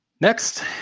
Next